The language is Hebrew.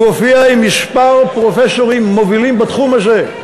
הוא הופיע עם מספר פרופסורים מובילים בתחום הזה.